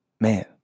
man